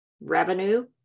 revenue